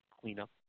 cleanup